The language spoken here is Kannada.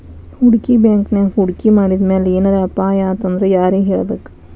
ಹೂಡ್ಕಿ ಬ್ಯಾಂಕಿನ್ಯಾಗ್ ಹೂಡ್ಕಿ ಮಾಡಿದ್ಮ್ಯಾಲೆ ಏನರ ಅಪಾಯಾತಂದ್ರ ಯಾರಿಗ್ ಹೇಳ್ಬೇಕ್?